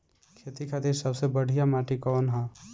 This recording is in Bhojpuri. खेती खातिर सबसे बढ़िया माटी कवन ह?